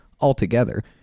altogether